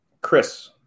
Chris